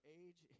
age